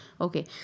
Okay